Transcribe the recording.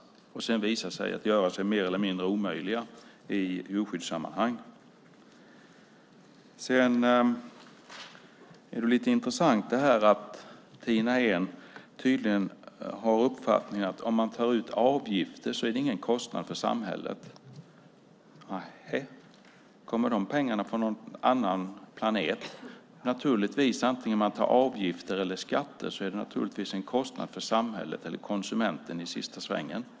Sedan visade det sig att de gjorde sig mer eller mindre omöjliga i djurskyddssammanhang. Det är lite intressant att Tina Ehn tydligen har uppfattningen att det inte är någon kostnad för samhället om man tar ut avgifter. Nehej? Kommer de pengarna från någon annan planet? Vare sig man tar ut avgifter eller skatter är det naturligtvis en kostnad för samhället eller konsumenten i sista svängen.